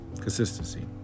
Consistency